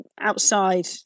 outside